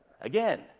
Again